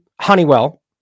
Honeywell